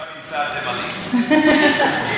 היושב-ראש, מהיום, כל מי שעולה לשם, עם צעד תימני.